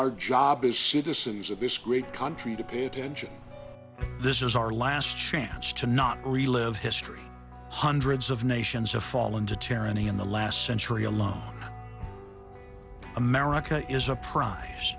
our job is citizens of this great country to pay attention this is our last chance to not relive history hundreds of nations have fallen to terran in the last century alone america is a prize